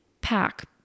pack